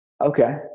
Okay